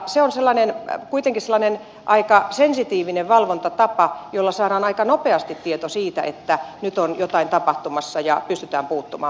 se on kuitenkin sellainen aika sensitiivinen valvontatapa jolla saadaan aika nopeasti tieto siitä että nyt on jotain tapahtumassa ja pystytään puuttumaan